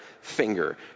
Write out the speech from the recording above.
finger